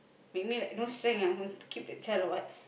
make me like no strength ah want to keep the child or what